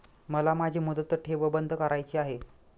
मला माझी मुदत ठेव बंद करायची आहे